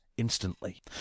Instantly